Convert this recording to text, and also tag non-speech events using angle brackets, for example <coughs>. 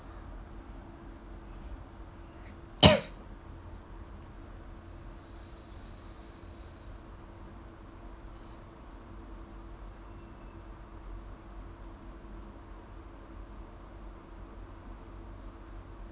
<coughs>